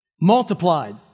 multiplied